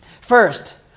First